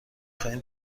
خواهیم